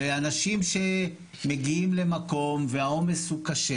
ואנשים שמגיעים למקום והעומס הוא קשה,